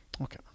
Okay